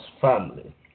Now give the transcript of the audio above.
family